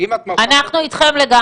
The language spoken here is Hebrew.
אם את מרשה לנו --- אנחנו איתכם לגמרי,